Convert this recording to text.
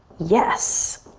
yes.